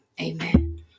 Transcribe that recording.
amen